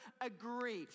Agree